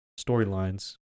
storylines